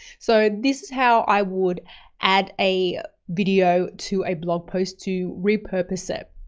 so this is how i would add a video to a blog post to repurpose it.